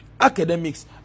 academics